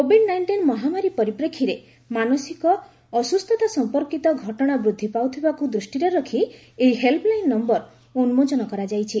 Covid nineteen ମହାମାରୀ ପରିପ୍ରେକ୍ଷୀରେ ମାନସିକ ଅସୁସ୍ଥତା ସମ୍ପର୍କିତ ଘଟଣା ବୃଦ୍ଧି ପାଉଥିବାକୁ ଦୃଷ୍ଟିରେ ରଖି ଏହି ହେଲ୍ସଲାଇନ୍ ନମ୍ଭର ଉନ୍ମୋଚନ କରାଯାଇଛି